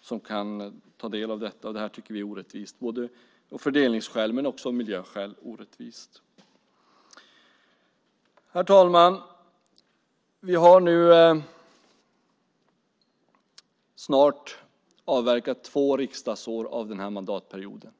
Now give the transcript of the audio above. som kan ta del av detta. Vi tycker att det är orättvist av både fördelningsskäl och miljöskäl. Herr talman! Vi har nu snart avverkat två riksdagsår av mandatperioden.